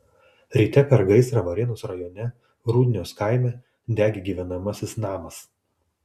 ryte per gaisrą varėnos rajone rudnios kaime degė gyvenamasis namas